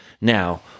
Now